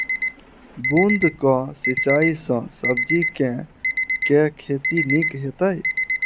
बूंद कऽ सिंचाई सँ सब्जी केँ के खेती नीक हेतइ?